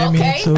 Okay